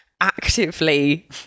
actively